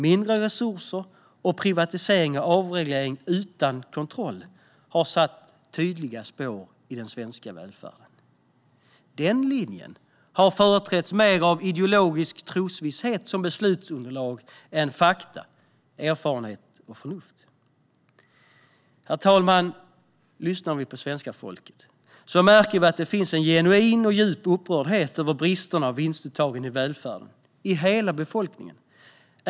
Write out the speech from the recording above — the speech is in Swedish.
Mindre resurser samt privatisering och avreglering utan kontroll har satt tydliga spår i den svenska välfärden. Den linjen har företrätts mer av ideologisk trosvisshet som beslutsunderlag än fakta, erfarenhet och förnuft. Herr talman! Om vi lyssnar på svenska folket märker vi att det finns en genuin och djup upprördhet över bristerna och vinstuttagen i välfärden i hela befolkningen.